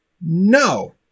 No